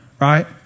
Right